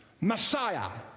Messiah